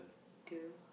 the